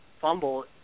fumble